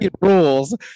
rules